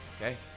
okay